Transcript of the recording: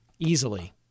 Easily